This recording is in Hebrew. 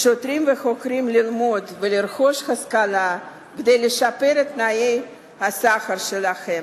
שוטרים וחוקרים ללמוד ולרכוש השכלה כדי לשפר את תנאי השכר שלהם,